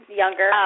younger